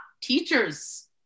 Teachers